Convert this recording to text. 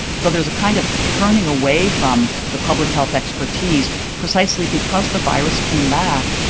so there is a kind of turning away from the public health expertise precisely because the virus came back.